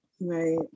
Right